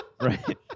Right